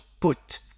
put